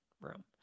Room